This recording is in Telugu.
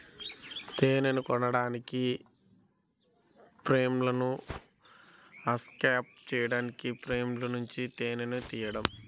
తేనెను కోయడానికి, ఫ్రేమ్లను అన్క్యాప్ చేయడానికి ఫ్రేమ్ల నుండి తేనెను తీయడం